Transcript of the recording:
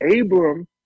Abram